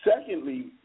Secondly